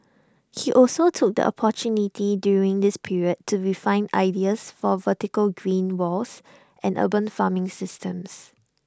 he also took the opportunity during this period to refine ideas for vertical green walls and urban farming systems